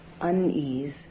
unease